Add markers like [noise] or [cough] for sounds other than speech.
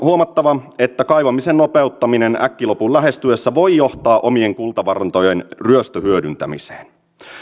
[unintelligible] huomattava että kaivamisen nopeuttaminen äkkilopun lähestyessä voi johtaa omien kultavarantojen ryöstöhyödyntämiseen